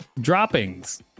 droppings